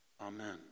Amen